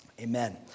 Amen